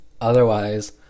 Otherwise